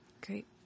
Great